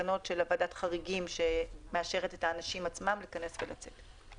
תקנות של ועדת החריגים שמאשרת את האנשים עצמם להיכנס ולצאת.